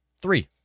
Three